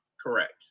Correct